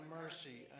mercy